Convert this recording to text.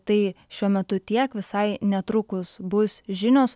tai šiuo metu tiek visai netrukus bus žinios